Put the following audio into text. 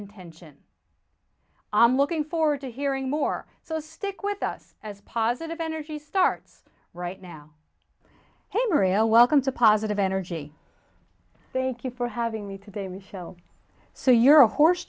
intention i'm looking forward to hearing more so stick with us as positive energy starts right now hey maria welcome to positive energy thank you for having me today michel so you're a horse